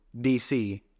DC